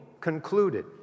concluded